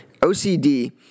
OCD